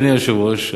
אדוני היושב-ראש,